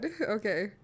Okay